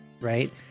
Right